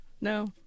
No